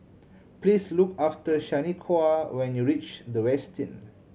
please look after Shaniqua when you reach The Westin